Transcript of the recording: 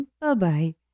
Bye-bye